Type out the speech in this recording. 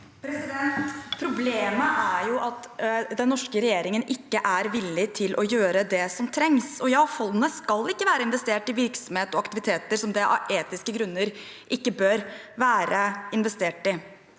Proble- met er jo at den norske regjeringen ikke er villig til å gjøre det som trengs. Ja, fondet skal ikke være investert i virksomhet og aktiviteter som det av etiske grunner ikke bør være investert i.